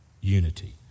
unity